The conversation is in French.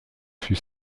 fut